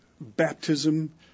baptism